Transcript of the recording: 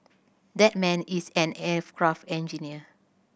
that man is an aircraft engineer